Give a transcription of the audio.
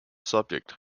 subject